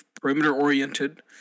perimeter-oriented